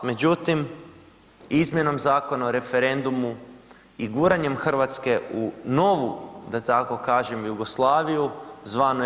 Međutim, izmjenom Zakona o referendumu i guranjem Hrvatske u novu da tako kažem Jugoslaviju zvanu EU.